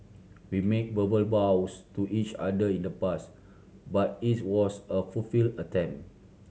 we made verbal vows to each other in the past but it was a fulfill attempt